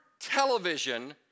television